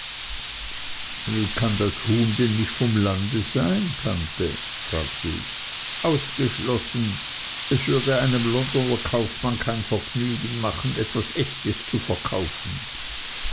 kann denn das huhn nicht vom lande sein tante fragte ich ausgeschlossen es würde einem londoner kaufmann kein vergnügen machen etwas echtes zu verkaufen